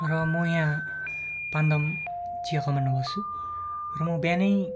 र म यहाँ पान्डम चियाकमानमा बस्छु र म बिहानै